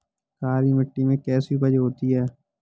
काली मिट्टी में कैसी उपज होती है?